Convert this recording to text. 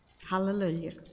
Hallelujah